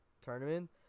tournament